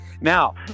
Now